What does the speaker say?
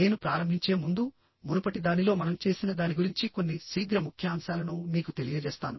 నేను ప్రారంభించే ముందు మునుపటి దానిలో మనం చేసిన దాని గురించి కొన్ని శీఘ్ర ముఖ్యాంశాలను మీకు తెలియజేస్తాను